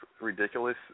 ridiculous